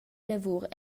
lavur